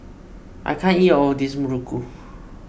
I can't eat all of this Muruku